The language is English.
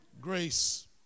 Grace